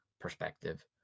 perspective